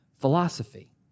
philosophy